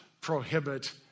prohibit